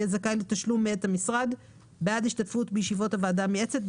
יהיה זכאי לתשלום מאת המשרד בעד השתתפות בישיבות הוועדה המייעצת,